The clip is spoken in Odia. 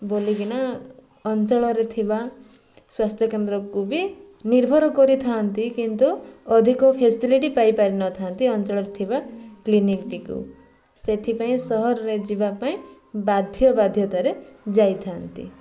ବୋଲିକିନା ଅଞ୍ଚଳରେ ଥିବା ସ୍ୱାସ୍ଥ୍ୟକେନ୍ଦ୍ରକୁ ବି ନିର୍ଭର କରିଥାନ୍ତି କିନ୍ତୁ ଅଧିକ ଫ୍ୟାସିଲିଟି ପାଇପାରିନଥାନ୍ତି ଅଞ୍ଚଳରେ ଥିବା କ୍ଲିନିକଟିକୁ ସେଥିପାଇଁ ସହରରେ ଯିବା ପାଇଁ ବାଧ୍ୟ ବାଧ୍ୟତାରେ ଯାଇଥାନ୍ତି